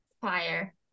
Fire